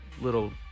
little